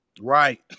Right